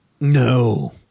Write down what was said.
No